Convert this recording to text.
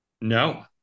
No